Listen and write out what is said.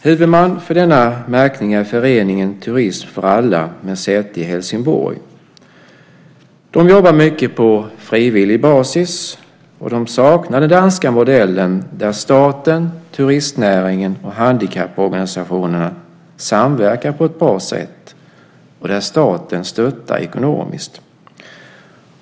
Huvudman för denna märkning är föreningen Turism för alla, med säte i Helsingborg. De jobbar mycket på frivillig basis, och de saknar den danska modellen där staten, turistnäringen och handikapporganisationerna samverkar på ett bra sätt och där staten stöttar ekonomiskt.